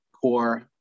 core